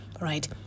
right